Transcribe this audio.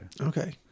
Okay